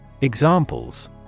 Examples